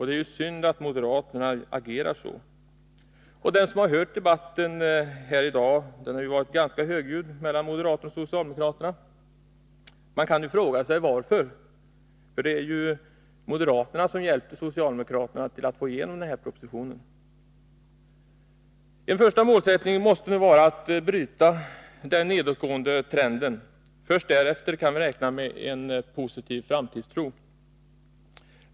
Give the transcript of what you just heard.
Det är synd att moderaterna agerar så. Debatten mellan moderaterna och socialdemokraterna här i dag har varit ganska högljudd. Man kan fråga sig varför, för det är ju moderaterna som hjälper socialdemokraterna att få igenom denna proposition. En första målsättning måste nu vara att bryta den nedåtgående trenden — först därefter kan vi räkna med en framtidstro.